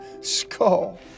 skull